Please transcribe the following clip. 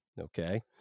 okay